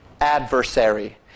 adversary